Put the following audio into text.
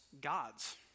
gods